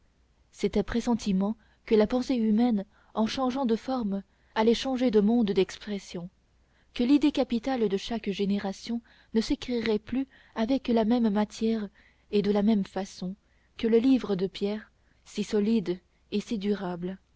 c'était pressentiment que la pensée humaine en changeant de forme allait changer de mode d'expression que l'idée capitale de chaque génération ne s'écrirait plus avec la même matière et de la même façon que le livre de pierre si solide et si durable